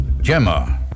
Gemma